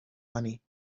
money